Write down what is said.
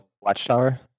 Watchtower